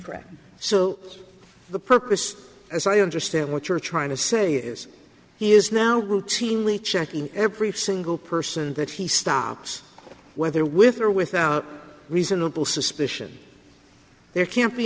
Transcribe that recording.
wrecked so the purpose as i understand what you're trying to say is he is now routinely checking every single person that he stops whether with or without reasonable suspicion there can't be